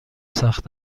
سخت